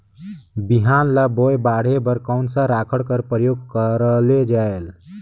बिहान ल बोये बाढे बर कोन सा राखड कर प्रयोग करले जायेल?